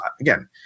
again